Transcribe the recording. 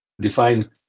define